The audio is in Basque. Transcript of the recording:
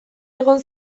egon